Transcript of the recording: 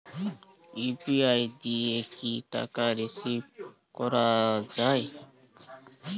UPI দিয়ে কি টাকা রিসিভ করাও য়ায়?